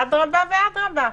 אדרבה ואדרבה.